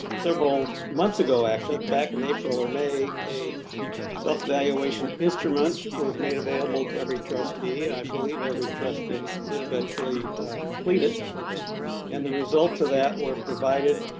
several months ago actually, back in april or may, a self-evaluation instrument was made available to every trustee. i believe every trustee did eventually complete it and the results of that were provided